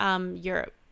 Europe